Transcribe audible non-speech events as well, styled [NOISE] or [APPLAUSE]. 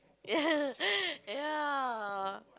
[LAUGHS] ya ya